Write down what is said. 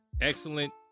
excellent